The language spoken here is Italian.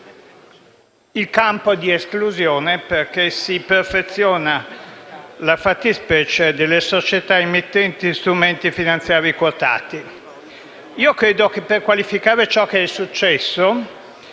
il campo di esclusione, perché si perfeziona la fattispecie delle società emittenti strumenti finanziari quotati. Credo che per qualificare ciò che è successo